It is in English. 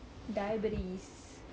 diabetes